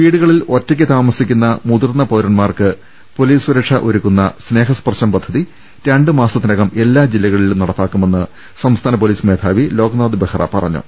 വീടുകളിൽ ഒറ്റയ്ക്ക് താമസിക്കുന്ന മുതിർന്ന പൌര ന്മാർക്ക് പൊലീസ് സുരക്ഷ ഒരുക്കുന്ന സ്നേഹസ്പർശം പദ്ധതി രണ്ടുമാസത്തിനകം എല്ലാ ജില്ലകളിലും നടപ്പാ ക്കുമെന്ന് സംസ്ഥാന പൊലീസ് മേധാവി ലോക്നാഥ് ബെഹ്റ പറഞ്ഞു